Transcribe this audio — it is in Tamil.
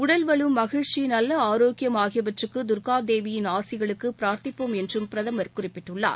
உடல்வலு மகிழ்ச்சி நல்ல ஆரோக்கியம் ஆகியவற்றுக்கு தர்கா தேவியின் ஆசிகளுக்கு பிராாத்திப்போம் என்றும் பிரதமர் குறிப்பிட்டுள்ளார்